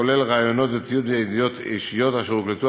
כולל ראיונות ותיעוד עדויות אישיות אשר הוקלטו